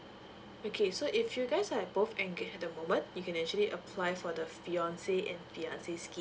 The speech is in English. okay so if you guys like both engaged at the moment you can actually apply for the fiance and fiancee scheme